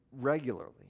regularly